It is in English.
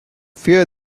fear